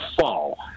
fall